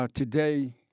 Today